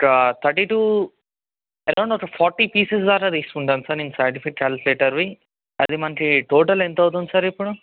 ఒక thirty two around ఒక forty pieces దాక తీసుకుంటాను సార్ నేను సైంటిఫిక్ క్యాలుకులేటర్వి అది మనకి టోటల్ ఎంత అవుతుంది సార్ ఇప్పుడు